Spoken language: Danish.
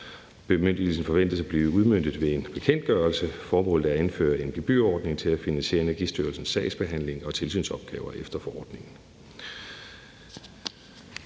Bemyndigelsen forventes at blive udmøntet ved en bekendtgørelse. Formålet er at indføre en gebyrordning til at finansiere Energistyrelsens sagsbehandling og tilsynsopgaver efter forordningen.